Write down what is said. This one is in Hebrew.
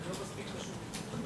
זה לא מספיק חשוב.